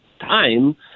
time